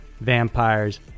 vampires